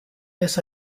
this